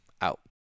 Out